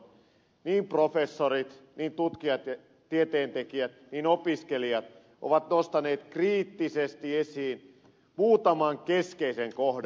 niin professorit niin tutkijat ja tieteentekijät kuin opiskelijat ovat nostaneet kriittisesti esiin muutaman keskeisen kohdan